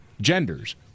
genders